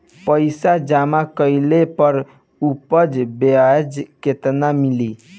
पइसा जमा कइले पर ऊपर ब्याज केतना मिली?